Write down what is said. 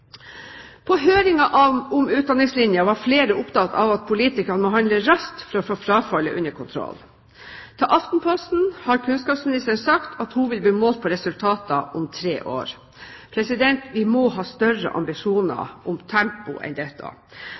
støtte noen av forslagene. På høringen om Utdanningslinja var flere opptatt av at politikerne må handle raskt for å få frafallet under kontroll. Til Aftenposten har kunnskapsministeren sagt at hun vil bli målt på resultater om tre år. Vi må ha større ambisjoner om tempo enn dette!